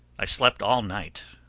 i slept all night,